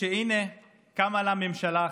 שהינה קמה לה ממשלה אחרת,